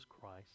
Christ